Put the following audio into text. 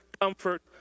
comfort